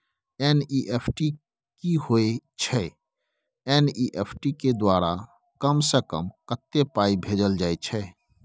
NEFT की होय छै एन.ई.एफ.टी के द्वारा कम से कम कत्ते पाई भेजल जाय छै?